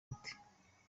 gute